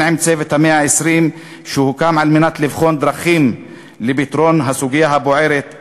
הן עם "צוות 120 הימים" שהוקם כדי לבחון דרכים לפתרון הסוגיה הבוערת,